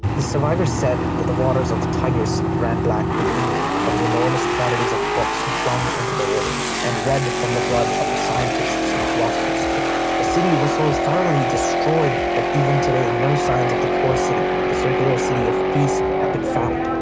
survivors said that the waters of the tigris ran black with ink from the enormous quantities of books flung into the river and red from the blood of the scientists and philosophers killed. the city was so thoroughly destroyed that even today, no signs of the core city, the circular city of peace, have been found.